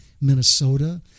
Minnesota